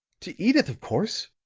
to edyth, of course.